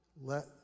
Let